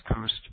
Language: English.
Coast